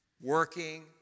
working